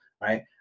right